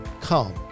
Come